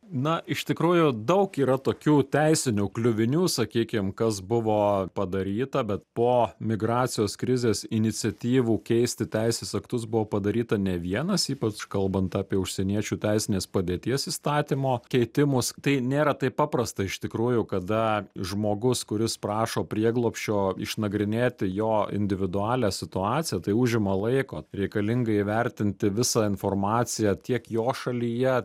na iš tikrųjų daug yra tokių teisinių kliuvinių sakykim kas buvo padaryta bet po migracijos krizės iniciatyvų keisti teisės aktus buvo padaryta ne vienas ypač kalbant apie užsieniečių teisinės padėties įstatymo keitimus tai nėra taip paprasta iš tikrųjų kada žmogus kuris prašo prieglobsčio išnagrinėti jo individualią situaciją tai užima laiko reikalinga įvertinti visą informaciją tiek jo šalyje